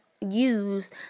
use